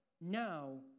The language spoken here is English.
now